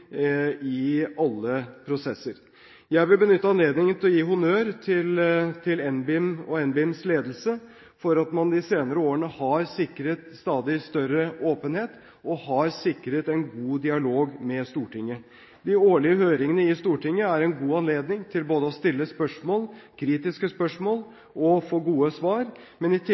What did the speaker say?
i alle prosesser. Jeg vil benytte anledningen til å gi honnør til NBIM og NBIMs ledelse for at man de senere årene har sikret stadig større åpenhet og god dialog med Stortinget. De årlige høringene i Stortinget er en god anledning til både å stille kritiske spørsmål og få gode svar. I